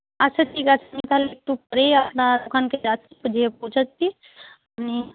আচ্ছা ঠিক আছে আমি তাহলে একটু পরেই আপনার ওখানে যাচ্ছি গিয়ে পৌঁছচ্ছি আপনি